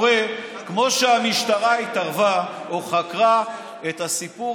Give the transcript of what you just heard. זה קורה בדיוק כמו שהמשטרה התערבה או חקרה את הסיפור